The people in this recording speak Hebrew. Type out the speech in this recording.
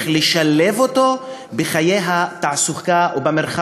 איך לשלב אותו בחיי התעסוקה ובמרחב,